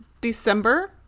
December